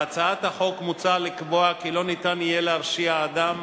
בהצעת החוק מוצע לקבוע כי לא ניתן יהיה להרשיע אדם